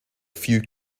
few